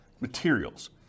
materials